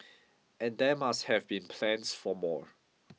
and there must have been plans for more